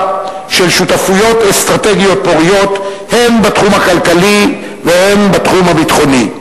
של שותפויות אסטרטגיות פוריות הן בתחום הכלכלי והן בתחום הביטחוני.